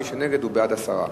מי שנגד, הוא בעד הסרה.